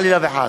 חלילה וחס.